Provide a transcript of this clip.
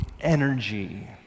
energy